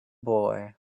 boy